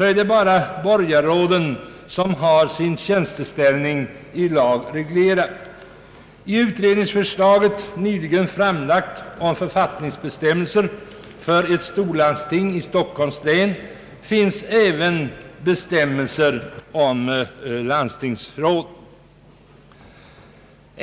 är det bara borgarråden som har sin tjänsteställning i lag reglerad. I det utredningsförslag som nyligen har framlagts om författningsbe stämmelser för ett storlandsting i Stockholms län finns också bestämmelser om landstingsråd.